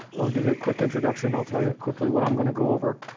i'll give you a quick introduction, i'll tell you quickly what i'm gonna go over,